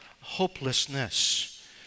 hopelessness